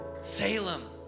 Salem